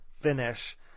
finish